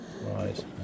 right